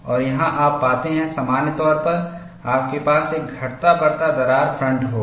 और यहाँ आप पाते हैं सामान्य तौर पर आपके पास एक घटता बढ़ता दरार फ्रन्ट होगा